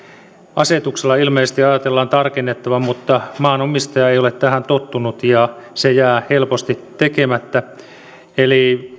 asetuksella ilmeisesti ajatellaan tätä tarkennettavan mutta maanomistaja ei ole tähän tottunut ja se jää helposti tekemättä eli